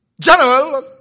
general